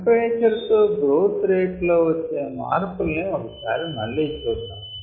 temperature తో growth rate లో వచ్చే మార్పుల్ని ఒక సారి మళ్ళీ చూద్దాం